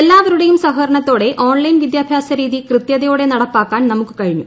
എല്ലാവരുടെയും സഹകരണത്തോടെ ഓൺലൈൻ വിദ്യാഭ്യാസ രീതി കൃത്യതയോടെ നടപ്പാക്കാൻ നമുക്ക് കഴിഞ്ഞു